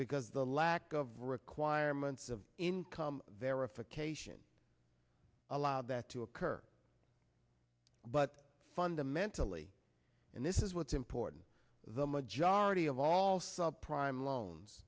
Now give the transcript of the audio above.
because the lack of require months of income verification allow that to occur but fundamentally and this is what's important the majority of all subprime loans